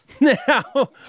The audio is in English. Now